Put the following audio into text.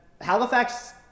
Halifax